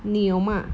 你有吗